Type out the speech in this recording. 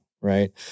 right